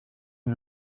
une